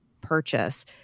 purchase